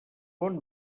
bon